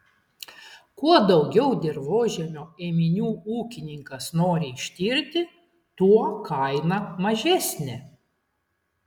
kuo daugiau dirvožemio ėminių ūkininkas nori ištirti tuo kaina mažesnė